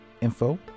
info